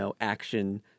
action